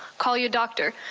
call your doctor.